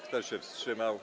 Kto się wstrzymał?